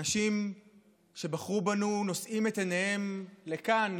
אנשים שבחרו בנו נושאים את עיניהם לכאן,